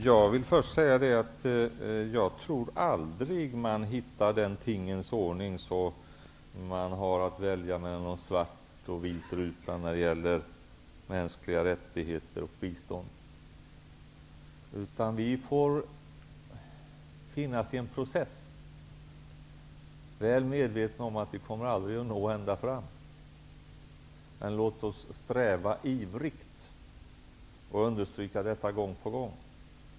Herr talman! Jag tror inte att man någonsin hittar en sådan tingens ordning som innebär att man har att välja mellan svart och vit ruta när det gäller mänskliga rättigheter och bistånd, utan vi får finnas i en process -- väl medvetna om att vi aldrig kommer att nå ända fram. Men låt oss sträva ivrigt och understryka detta gång på gång!